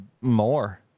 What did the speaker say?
more